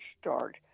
start